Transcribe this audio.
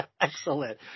Excellent